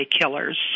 killers